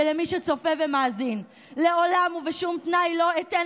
ולמי שצופה ומאזין: לעולם ובשום תנאי לא אתן